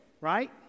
right